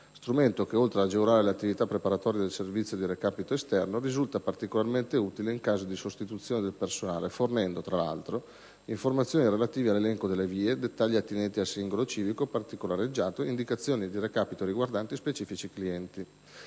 Strumento che, oltre ad agevolare le attività preparatorie del servizio di recapito esterno, risulta particolarmente utile in caso di sostituzione del personale, fornendo, tra l'altro, informazioni relative all'elenco delle vie, dettagli attinenti al singolo civico, particolareggiate indicazioni di recapito riguardanti specifici clienti.